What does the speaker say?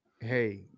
hey